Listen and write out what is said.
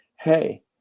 hey